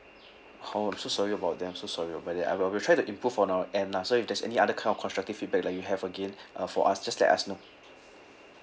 I'm so sorry about them so sorry but then I will we'll try to improve from our end lah so if there's any other kind of constructive feedback like you have again for uh us just let us know